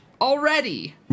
already